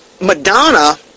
Madonna